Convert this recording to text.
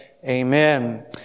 Amen